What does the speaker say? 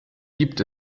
gibt